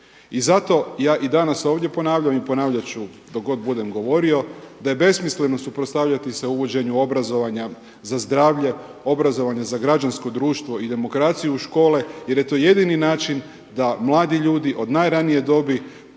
I zato ja i danas ovdje ponavljam i ponavljat ću dok god budem govorio da je besmisleno suprotstavljati se uvođenju obrazovanja za zdravlje, obrazovanja za građansko društvo i demokracije u škole jer je to jedini način da mladi ljudi od najranije dobi